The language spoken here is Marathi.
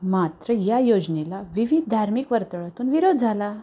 मात्र या योजनेला विविध धार्मिक वर्तुळांतून विरोध झाला